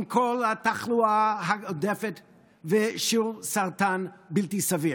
עם כל התחלואה העודפת ושיעור הסרטן הבלתי-סביר.